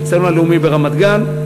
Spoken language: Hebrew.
האיצטדיון הלאומי ברמת-גן,